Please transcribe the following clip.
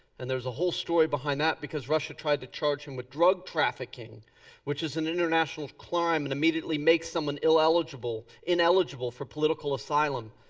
and there's a while story behind that because russia tried to charge him with drug trafficking which is an international crime and immediately makes someone ineligible ineligible for political asylum.